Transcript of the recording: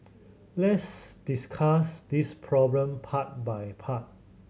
let's discuss this problem part by part